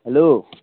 hello